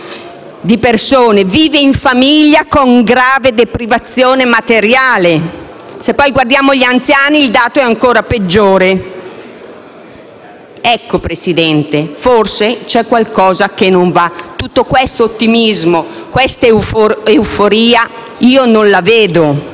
di persone, vive in famiglie con grave deprivazione materiale. Se guardiamo poi gli anziani, il dato è ancora peggiore. Presidente, forse qualcosa non va. Tutto questo ottimismo e questa euforia non sono